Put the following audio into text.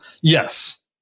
Yes